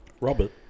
Robert